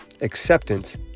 acceptance